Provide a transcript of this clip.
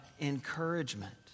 encouragement